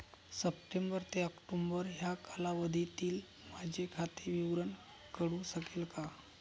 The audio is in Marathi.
सप्टेंबर ते ऑक्टोबर या कालावधीतील माझे खाते विवरण कळू शकेल का?